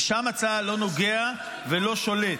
ושם צה"ל לא נוגע ולא שולט.